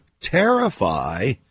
terrify